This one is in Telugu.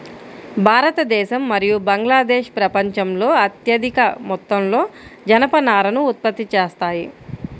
భారతదేశం మరియు బంగ్లాదేశ్ ప్రపంచంలో అత్యధిక మొత్తంలో జనపనారను ఉత్పత్తి చేస్తాయి